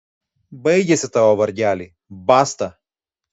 baigėsi tavo vargeliai basta